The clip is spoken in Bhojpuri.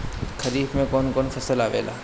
खरीफ में कौन कौन फसल आवेला?